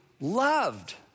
loved